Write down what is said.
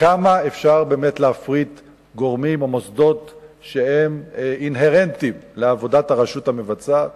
וכמה אפשר להפריט גורמים או מוסדות שהם אינהרנטיים לעבודת הרשות המבצעת.